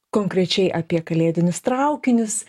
konkrečiai apie kalėdinius traukinius